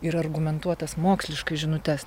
ir argumentuotas moksliškai žinutes